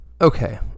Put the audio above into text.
Okay